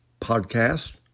podcast